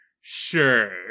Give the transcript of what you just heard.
Sure